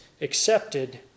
accepted